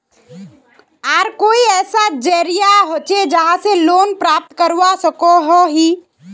आर कोई ऐसा जरिया होचे जहा से लोन प्राप्त करवा सकोहो ही?